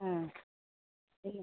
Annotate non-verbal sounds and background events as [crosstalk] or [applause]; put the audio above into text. ആ [unintelligible]